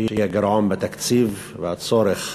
שהיא הגירעון בתקציב, והצורך